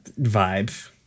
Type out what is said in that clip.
vibe